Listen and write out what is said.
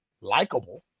likable